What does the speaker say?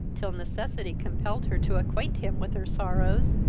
till necessity compelled her to acquaint him with her sorrows,